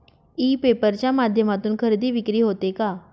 E paper च्या माध्यमातून खरेदी विक्री होते का?